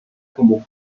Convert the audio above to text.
como